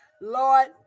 Lord